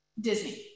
Disney